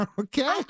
Okay